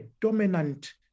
dominant